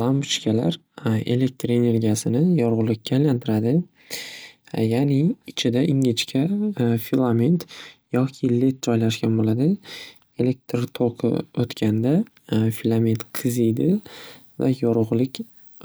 Lampochkalar elektr energiyasini yorug'likka aylantiradi. Ya'ni ichida ingichka filament yoki led joylashgan bo'ladi. Elektr to'qi o'tkanda filament qiziydi va yorug'lik